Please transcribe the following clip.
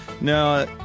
no